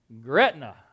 Gretna